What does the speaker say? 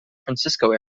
francisco